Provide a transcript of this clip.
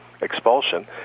expulsion